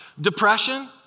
Depression